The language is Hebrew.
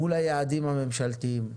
מול היעדים הממשלתיים,